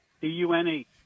D-U-N-E